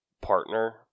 partner